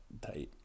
tight